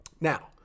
Now